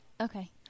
Okay